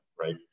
right